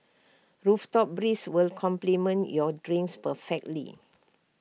rooftop breeze will complement your drinks perfectly